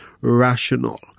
rational